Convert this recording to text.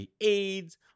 AIDS